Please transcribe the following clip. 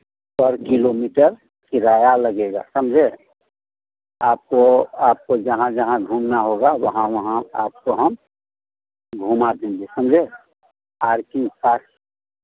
पर किलोमीटर किराया लगेगा समझे आपको आपको जहाँ जहाँ घूमना होगा वहाँ वहाँ आपको हम घुमा देंगे समझे पार्किंग